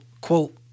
quote